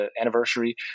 anniversary